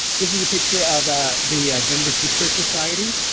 this is a picture of ah the denver two-spirit society.